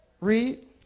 read